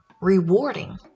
rewarding